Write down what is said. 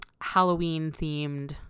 Halloween-themed